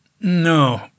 No